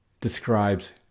describes